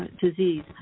disease